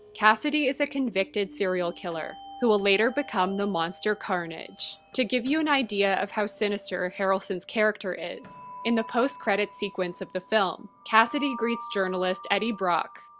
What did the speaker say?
kasady is a convicted serial killer, who will later become the monster carnage. to give you an idea of how sinister harrelson's character is, in the post-credits sequence of the film, kasady greets journalist eddy brock,